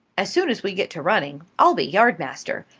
as soon as we get to running, i'll be yard-master,